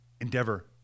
endeavor